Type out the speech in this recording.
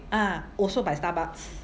ah also by Starbucks